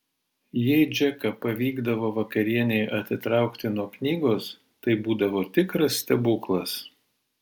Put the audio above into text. jei džeką pavykdavo vakarienei atitraukti nuo knygos tai būdavo tikras stebuklas